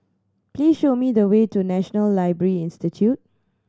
please show me the way to National Library Institute